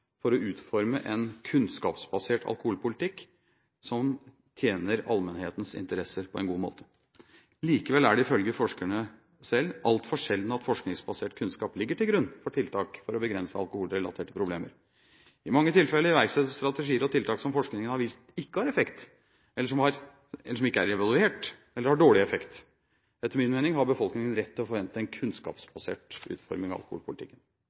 for å utforme en kunnskapsbasert alkoholpolitikk som tjener allmennhetens interesser på en god måte. Likevel er det ifølge forskerne selv altfor sjelden at forskningsbasert kunnskap ligger til grunn for tiltak for å begrense alkoholrelaterte problemer. I mange tilfeller iverksettes strategier og tiltak som forskningen har vist ikke har effekt, eller som ikke er evaluert eller har dårlig effekt. Etter min mening har befolkningen rett til å forvente en kunnskapsbasert utforming av alkoholpolitikken.